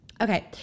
Okay